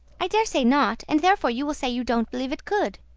i daresay not. and therefore you will say you don't believe it could.